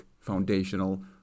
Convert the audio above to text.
foundational